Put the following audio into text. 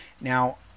Now